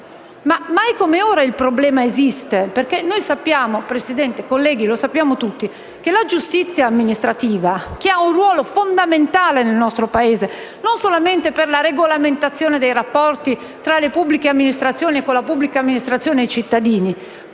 Ma mai come ora il problema esiste. Signora Presidente, colleghi, sappiamo tutti che la giustizia amministrativa ha un ruolo fondamentale nel nostro Paese, e non solo per la regolamentazione dei rapporti tra le pubbliche amministrazioni e tra la pubblica amministrazione e i cittadini, ma